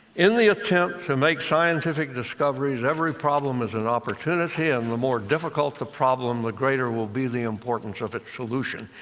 in the attempt to make scientific discoveries, every problem is an opportunity, and um the more difficult the problem, the greater will be the importance of its solution.